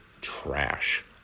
trash